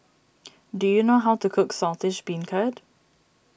do you know how to cook Saltish Beancurd